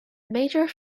major